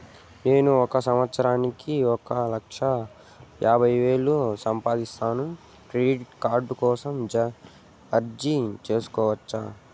నేను ఒక సంవత్సరానికి ఒక లక్ష యాభై వేలు సంపాదిస్తాను, క్రెడిట్ కార్డు కోసం అర్జీ సేసుకోవచ్చా?